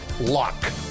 luck